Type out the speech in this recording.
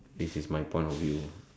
this is my point of view